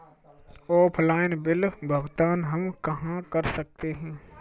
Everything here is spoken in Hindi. ऑफलाइन बिल भुगतान हम कहां कर सकते हैं?